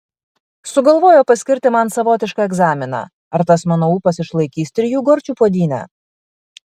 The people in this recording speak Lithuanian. sugalvojo paskirti man savotišką egzaminą ar tas mano ūpas išlaikys trijų gorčių puodynę